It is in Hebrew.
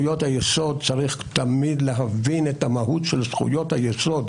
היסוד, צריך תמיד להבין את המהות של זכויות היסוד.